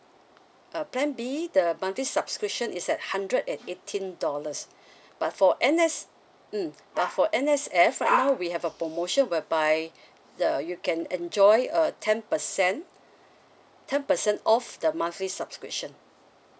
uh plan B the monthly subscription is at hundred and eighteen dollars but for N_S mm but for N_S_F right now we have a promotion whereby the you can enjoy a ten percent ten percent of the monthly subscription